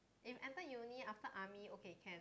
if enter uni after army okay can